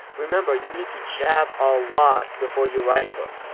remember you need to jab a lot before you right hook.